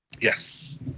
Yes